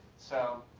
so,